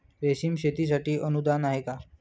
रेशीम शेतीसाठी अनुदान आहे का?